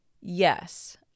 Yes